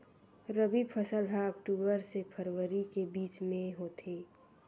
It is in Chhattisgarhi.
रबी फसल हा अक्टूबर से फ़रवरी के बिच में होथे